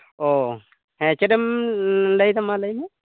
ᱚᱻ ᱦᱮᱸ ᱪᱮᱫ ᱮᱢ ᱞᱟᱹᱭ ᱮᱫᱟ ᱢᱟ ᱞᱟᱹᱭ ᱢᱮ